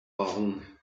waren